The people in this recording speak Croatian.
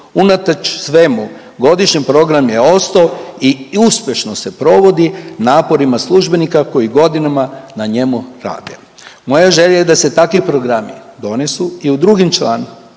unatoč svemu godišnji program je osto i uspešno se provodi naporima službenika koji godinama na njemu rade. Moja želja je da se takvi programi donesu i u drugim člancima